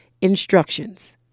instructions